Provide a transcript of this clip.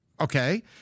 Okay